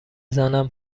زنم